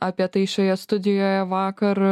apie tai šioje studijoje vakar